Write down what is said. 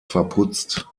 verputzt